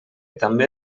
també